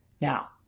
Now